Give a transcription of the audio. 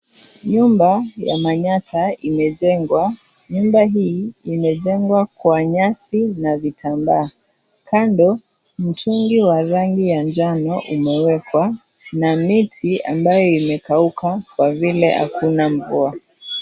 Nyumba ya Manyatta imejengwa ,nyumba hiii imejengwa Kwa nyasi na vitambaa . Kando mtungi wa rangi ya njano umewekwa na miti ambayo imekauka Kwa vile hakuna mvua.